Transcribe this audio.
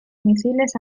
misiles